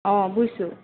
অঁ বুজিছোঁ